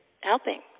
helping